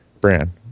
Bran